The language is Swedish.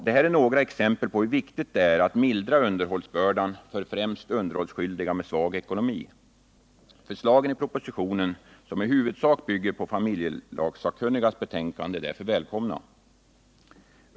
Detta är några exempel på hur viktigt det är att mildra underhållsbördan för främst underhållsskyldiga med svag ekonomi. Förslagen i propositionen, som i huvudsak bygger på familjelagssakkunnigas betänkande, är därför välkomna.